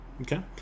okay